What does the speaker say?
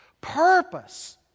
Purpose